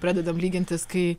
pradedame lygintis kai